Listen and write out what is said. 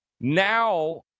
now